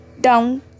down